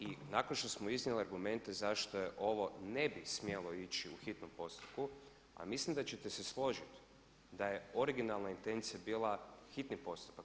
I nakon što smo iznijeli argumente zašto ovo ne bi smjelo ići u hitnom postupku, a mislim da ćete se složit da je originalna intencija bila hitni postupak.